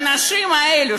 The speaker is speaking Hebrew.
האנשים האלה,